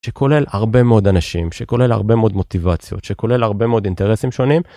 שכולל הרבה מאוד אנשים שכולל הרבה מאוד מוטיבציות שכולל הרבה מאוד אינטרסים שונים.